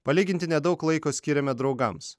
palyginti nedaug laiko skiriame draugams